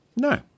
No